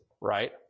right